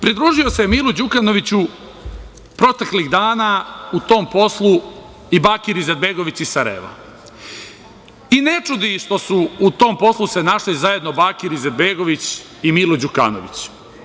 Pridružio se Milu Đukanoviću proteklih dana u tom poslu i Bakir Izetbegović iz Sarajeva i ne čudi ih što su u tom poslu se našli zajedno Bakir Izetbegović i Milo Đukanović.